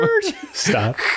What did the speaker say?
Stop